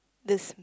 this